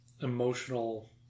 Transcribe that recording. emotional